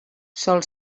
sol